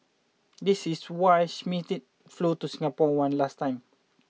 this is why Schmidt flew to Singapore one last time